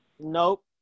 Nope